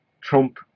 Trump